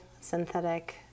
synthetic